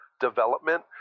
development